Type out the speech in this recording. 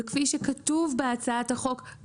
וכפי שכתוב בהצעת החוק,